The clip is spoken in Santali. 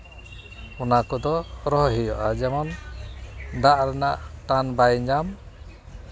ᱚᱱᱟ ᱠᱚᱫᱚ ᱦᱚᱨᱦᱚᱭ ᱦᱩᱭᱩᱜᱼᱟ ᱡᱮᱢᱚᱱ ᱫᱟᱜ ᱨᱮᱱᱟᱜ ᱴᱟᱱ ᱵᱟᱭ ᱧᱟᱢ